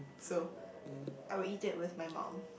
so I will eat it with my mum